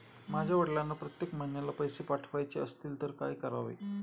माझ्या वडिलांना प्रत्येक महिन्याला पैसे पाठवायचे असतील तर काय करावे?